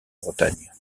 bretagne